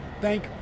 thank